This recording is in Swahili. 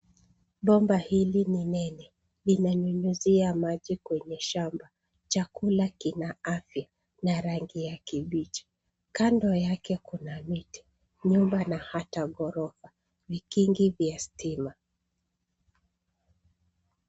Bomba hili ni nene, linanyuyizia maji kwenye shamba. Chakula kina afya na rangi ya kibichi. Kando yake Kuna miti, nyumba na hata ghorofa. Vikingi vya stima.